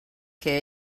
que